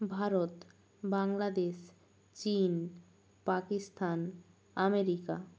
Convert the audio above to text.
ভারত বাংলাদেশ চীন পাকিস্তান আমেরিকা